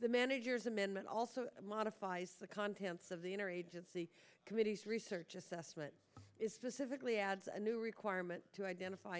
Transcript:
the manager's amendment also modifies the contents of the inner agency committee's research assessment is the civically adds a new requirement to identify